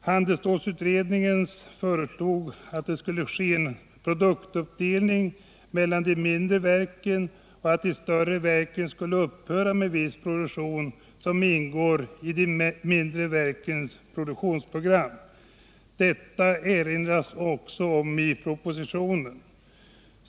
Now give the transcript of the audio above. Handelsstålsutredningen föreslog en produktuppdelning mellan de mindre stålverken samt att de större stålverken skulle upphöra med viss produktion som ingår i de mindre verkens produktionsprogram. Det erinras också om detta i propositionen.